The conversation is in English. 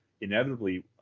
inevitably –